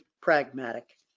pragmatic